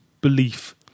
belief